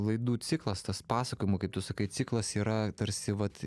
laidų ciklas tas pasakojimų kaip tu sakai ciklas yra tarsi vat